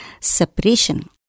separation